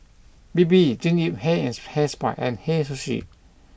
Bebe Jean Yip Hair and Hair Spa and Hei Sushi